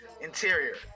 Interior